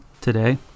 today